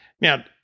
Now